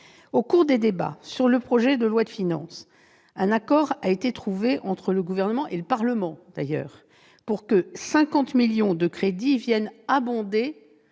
Au cours des débats sur le projet de loi de finances pour 2018, un accord a été trouvé entre le Gouvernement et le Parlement pour que 50 millions d'euros de crédits viennent abonder